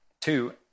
Two